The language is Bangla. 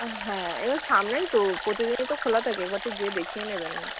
হ্যাঁ এবার সামনেই তো প্রতিদিনই তো খোলা থাকে একবারটি গিয়ে দেখিয়ে নেবেন না